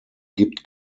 gibt